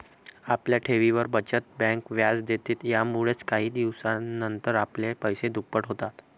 आपल्या ठेवींवर, बचत बँक व्याज देते, यामुळेच काही दिवसानंतर आपले पैसे दुप्पट होतात